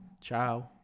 Ciao